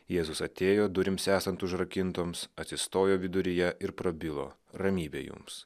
jėzus atėjo durims esant užrakintoms atsistojo viduryje ir prabilo ramybė jums